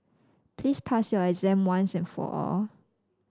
please pass your exam once and for all